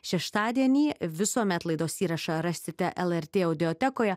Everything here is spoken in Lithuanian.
šeštadienį visuomet laidos įrašą rasite lrt audiotekoje